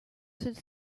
his